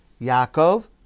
Yaakov